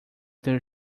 their